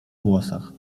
włosach